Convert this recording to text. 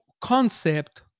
concept